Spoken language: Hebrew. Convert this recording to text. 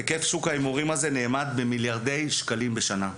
היקף שוק ההימורים הזה נאמד במיליארדי שקלים בשנה.